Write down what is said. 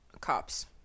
cops